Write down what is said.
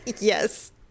Yes